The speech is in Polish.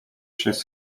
przez